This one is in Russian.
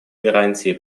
гарантии